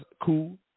cool